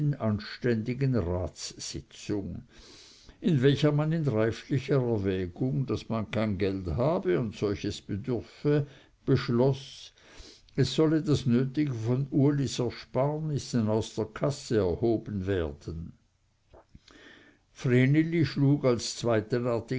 anständigen ratssitzung in welcher man in reiflicher erwägung daß man kein geld habe und solches bedürfe beschloß es solle das nötige von ulis ersparnissen aus der kasse erhoben werden vreneli schlug als zweiten